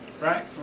Right